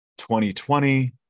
2020